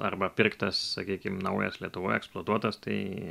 arba pirktas sakykim naujas lietuvoj eksploatuotas tai